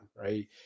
right